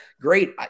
great